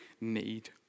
need